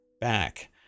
back